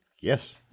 yes